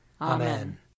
Amen